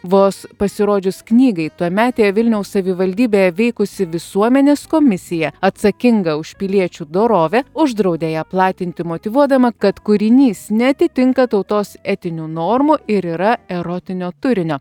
vos pasirodžius knygai tuometėje vilniaus savivaldybėje veikusi visuomenės komisija atsakinga už piliečių dorovę uždraudė ją platinti motyvuodama kad kūrinys neatitinka tautos etinių normų ir yra erotinio turinio